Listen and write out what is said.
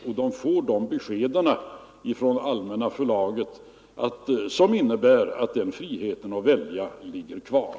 Alla får ett sådant besked från Allmänna förlaget som innebär att friheten att välja ligger kvar.